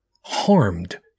harmed